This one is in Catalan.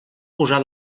posat